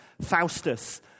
Faustus